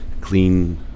clean